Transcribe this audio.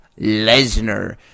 Lesnar